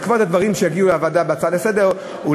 בעקבות הדברים שיגיעו לוועדה כהצעה לסדר-היום,